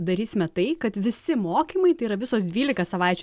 darysime tai kad visi mokymai tai yra visos dvylika savaičių